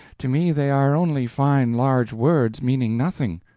to me they are only fine large words meaning nothing.